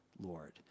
Lord